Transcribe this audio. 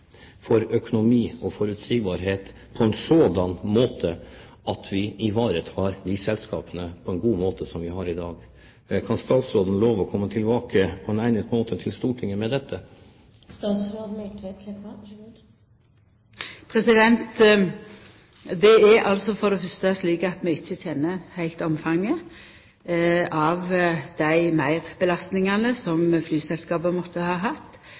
for økonomi og forutsigbarhet på en sådan måte at de selskapene som vi har i dag, ivaretas på en god måte. Kan statsråden love å komme til Stortinget på egnet måte med dette? Det er for det fyrste slik at vi ikkje heilt kjenner omfanget av dei meirbelastingane som flyselskapa måtte ha hatt,